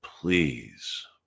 please